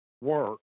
work